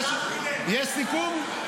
יש סיכום?